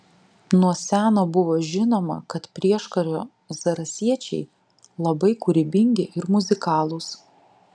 nuo seno buvo žinoma kad prieškario zarasiečiai labai kūrybingi ir muzikalūs